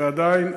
ועדיין,